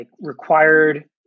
required